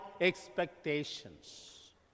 expectations